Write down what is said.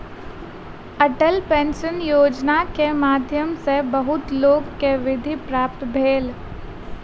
Atal pension योजना के माध्यम सॅ बहुत लोक के वृत्ति प्राप्त भेल